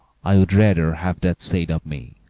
i would rather have that said of me,